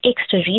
extra